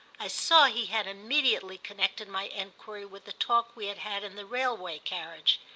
i saw he had immediately connected my enquiry with the talk we had had in the railway-carriage,